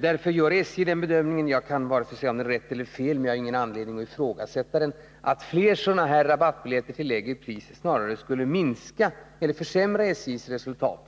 Därför gör SJ den bedömningen — jag kan inte säga om det är rätt eller fel, men jag har ingen anledningen att ifrågasätta den — att flera rabattbiljetter snarare skulle försämra SJ:s resultat.